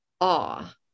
awe